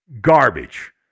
garbage